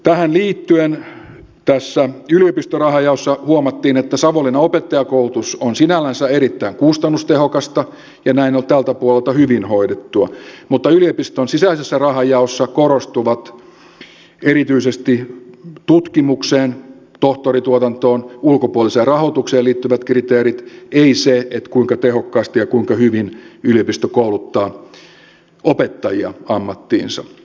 tähän liittyen tässä yliopistorahan jaossa huomattiin että savonlinnan opettajankoulutus on sinällänsä erittäin kustannustehokasta ja näin on tältä puolelta hyvin hoidettua mutta yliopiston sisäisessä rahanjaossa korostuvat erityisesti tutkimukseen tohtorituotantoon ulkopuoliseen rahoitukseen liittyvät kriteerit ei se kuinka tehokkaasti ja kuinka hyvin yliopisto kouluttaa opettajia ammattiinsa